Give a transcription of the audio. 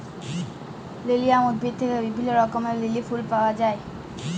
lilium উদ্ভিদ থেক্যে বিভিল্য রঙের লিলি ফুল পায়া যায়